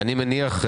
אני מניח,